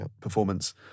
performance